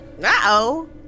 Uh-oh